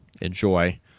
enjoy